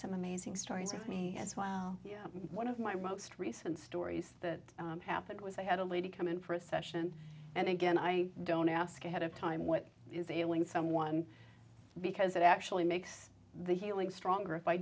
some amazing stories with me as well one of my most recent stories that happened was i had a lady come in for a session and again i don't ask ahead of time what is ailing someone because it actually makes the healing stronger if i